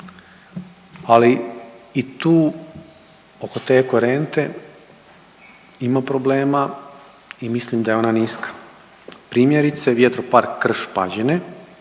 Ali i tu oko te korente ima problema i mislim da je ona niska. Primjerice vjetro park Krš-Pađene